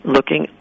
Looking